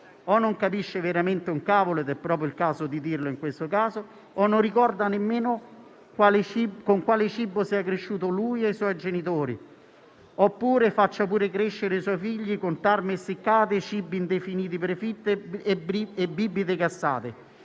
Non capisce veramente un «cavolo» - è proprio il caso di dirlo in questo caso - o non ricorda nemmeno con quale cibo siano cresciuti lui e i suoi genitori, oppure faccia crescere i suoi figli con tarme essiccate, cibi indefiniti prefritti e bibite gassate.